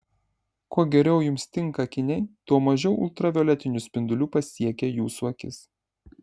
kuo geriau jums tinka akiniai tuo mažiau ultravioletinių spindulių pasiekia jūsų akis